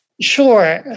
Sure